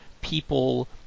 people